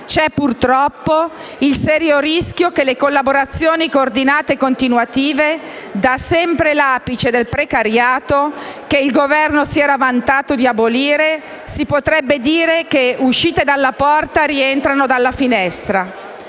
purtroppo, il serio rischio che le collaborazioni coordinate e continuative, da sempre l'apice del precariato, che il Governo si era vantato di abolire - si potrebbe dire - uscite dalla porta, rientrano dalla finestra.